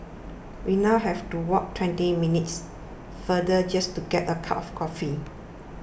we now have to walk twenty minutes farther just to get a cup of coffee